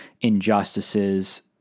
injustices